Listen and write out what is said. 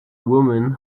woman